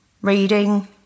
reading